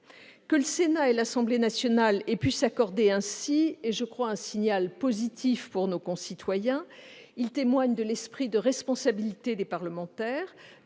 Que le Sénat et l'Assemblée nationale aient pu s'accorder est, je crois, un signal positif pour nos concitoyens. Il témoigne de l'esprit de responsabilité des parlementaires,